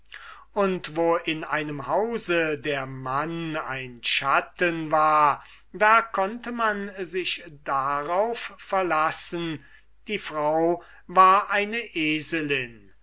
und wo in einem hause der mann ein schatten war da konnte man sich darauf verlassen die frau war eine eselin